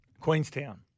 Queenstown